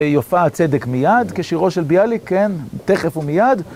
יופיע הצדק מיד כשירו של ביאליק, כן, תכף ומיד.